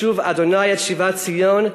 בשוב ה' את שיבת ציון,